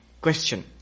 question